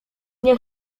nie